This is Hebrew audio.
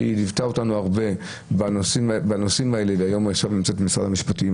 שליוותה אותנו הרבה בנושאים האלה ועכשיו נמצאת במשרד המשפטים.